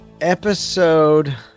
Episode